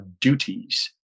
duties